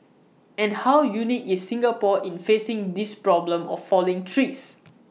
and how unique is Singapore in facing this problem of falling trees